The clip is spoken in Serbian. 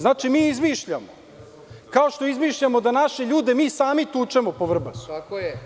Znači mi izmišljamo, kao što izmišljamo da naše ljude mi sami tučemo po Vrbasu.